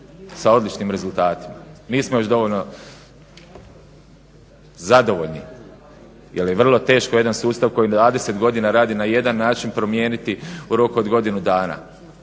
sa odličnim rezultatima. Nismo još dovoljno zadovoljni, jer je vrlo teško jedan sustav koji 20 godina radi na jedan način promijeniti u roku od godinu dana.